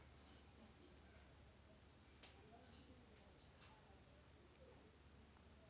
विविध ऋतूंमध्ये विविध प्रकारच्या पिकांचे उत्पादन केल्यास जमिनीची सुपीकता टिकून राहते